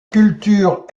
culture